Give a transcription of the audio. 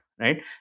Right